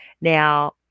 Now